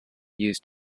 used